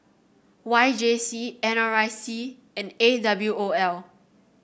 Y J C N R I C and A W O L